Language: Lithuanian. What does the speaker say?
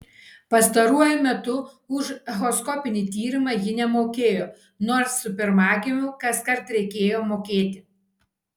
pastaruoju metu už echoskopinį tyrimą ji nemokėjo nors su pirmagimiu kaskart reikėjo mokėti